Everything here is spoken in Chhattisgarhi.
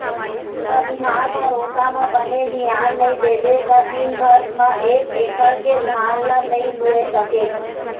बनिहार भरोसा म बने धियान नइ देबे त दिन भर म एक एकड़ के धान ल नइ लूए सकें